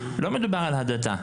לא מדובר על הדתה.